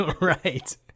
Right